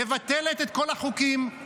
מבטלת את כל החוקים,